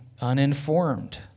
uninformed